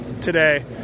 today